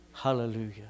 Hallelujah